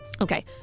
Okay